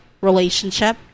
relationship